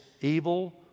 evil